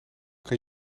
kan